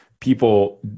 people